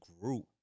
group